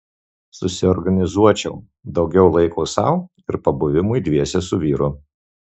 susiorganizuočiau daugiau laiko sau ir pabuvimui dviese su vyru